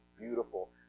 beautiful